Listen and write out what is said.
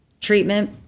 treatment